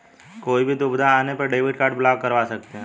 कोई भी दुविधा आने पर डेबिट कार्ड ब्लॉक करवा सकते है